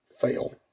fail